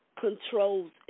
controls